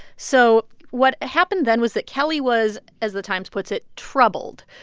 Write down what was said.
so what happened then was that kelly was, as the times puts it, troubled.